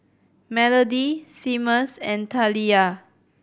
Melodie Seamus and Taliyah